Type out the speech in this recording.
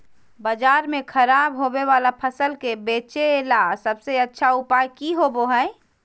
बाजार में खराब होबे वाला फसल के बेचे ला सबसे अच्छा उपाय की होबो हइ?